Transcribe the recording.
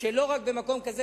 שלא רק במקום כזה,